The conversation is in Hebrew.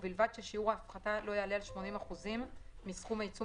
ובלבד ששיעור ההפחתה לא יעלה על 80% מסכום העיצום